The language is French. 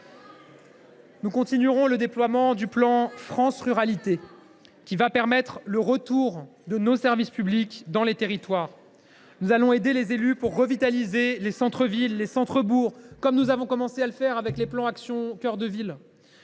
Nous continuerons le déploiement du plan France Ruralités, qui va permettre le retour de nos services publics dans les territoires. Nous allons aider les élus pour revitaliser les centres villes et les centres bourgs, comme nous avons commencé à le faire avec les plans Action cœur de ville.